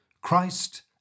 Christ